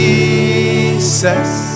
Jesus